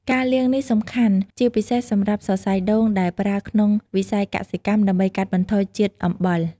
ការលាងនេះសំខាន់ជាពិសេសសម្រាប់សរសៃដូងដែលប្រើក្នុងវិស័យកសិកម្ម ដើម្បីកាត់បន្ថយជាតិអំបិល។